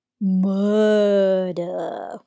murder